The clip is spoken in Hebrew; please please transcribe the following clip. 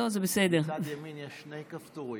בצד ימין יש שני כפתורים.